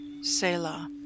SELAH